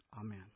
Amen